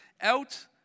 out